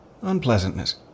unpleasantness